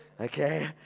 Okay